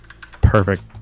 Perfect